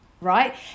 right